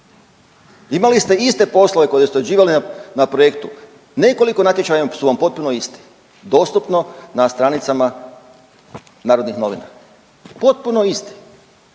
Imali ste iste poslove koje ste odrađivali na projektu, nekoliko natječaja su vam potpuno isti, dostupno na stranicama Narodnih novina, potpuno isti.